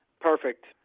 Perfect